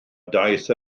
daeth